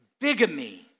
Bigamy